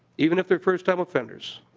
even if there first-time offenders.